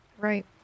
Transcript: Right